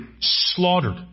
slaughtered